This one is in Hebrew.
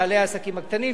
בעלי העסקים הקטנים,